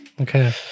Okay